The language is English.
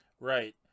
Right